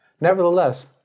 nevertheless